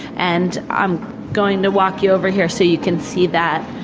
and i'm going to walk you over here so you can see that.